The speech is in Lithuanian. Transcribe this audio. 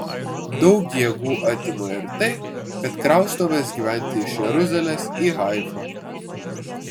daug jėgų atima ir tai kad kraustomės gyventi iš jeruzalės į haifą